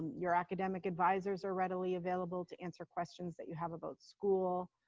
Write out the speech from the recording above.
your academic advisors are readily available to answer questions that you have about school.